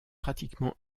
pratiquement